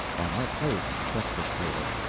by my plate at the breakfast table.